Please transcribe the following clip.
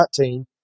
19